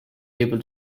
able